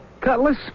Cutlass